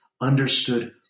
understood